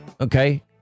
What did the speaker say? Okay